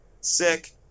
sick